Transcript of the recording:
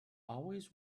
always